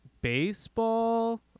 baseball